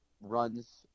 runs